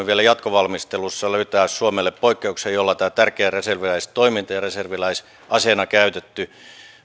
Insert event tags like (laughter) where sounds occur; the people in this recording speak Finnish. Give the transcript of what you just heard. (unintelligible) vielä jatkovalmistelussa löytää suomelle poikkeuksen jolla tämä tärkeä reserviläistoiminta ja reserviläisaseena käytetty